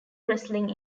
wrestling